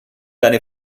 deine